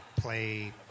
play